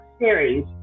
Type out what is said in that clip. series